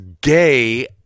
gay